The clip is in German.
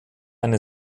seine